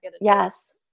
Yes